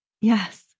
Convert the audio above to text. Yes